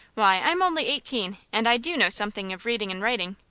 why, i'm only eighteen, and i do know something of readin' and writin'.